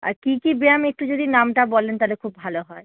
আর কী কী ব্যায়াম একটু যদি নামটা বলেন তাহলে খুব ভালো হয়